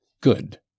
good